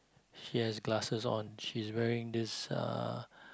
she has glasses on she's wearing this uh